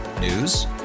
News